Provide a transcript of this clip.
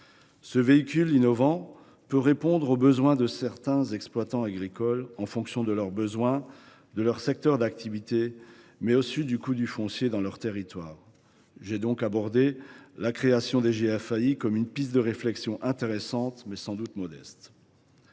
Ce véhicule innovant peut répondre aux attentes de certains exploitants agricoles, en fonction de leurs besoins, de leur secteur d’activité, mais aussi du coût du foncier dans leur territoire. J’ai donc abordé la création des GFAI comme une piste de réflexion, intéressante, mais sans doute modeste.